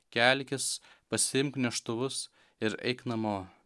kelkis pasiimk neštuvus ir eik namo